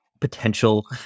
potential